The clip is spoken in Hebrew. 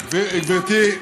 רוצים,